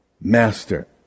Master